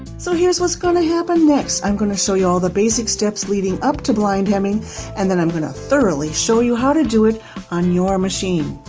so here's what's going to happen next. i'm going to show you all the basic steps leading up to blind hemming and then i'm going to thoroughly show you how to do it on your machine.